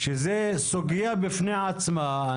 שזה סוגיה בפני עצמה,